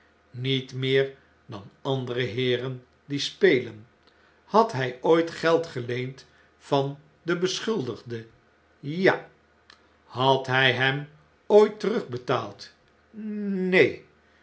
niet meer dan andere heeren die spelen had hy ooit geld geleend van den beschuldigde ja had hij hem ooit terugbetaald neen